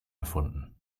erfunden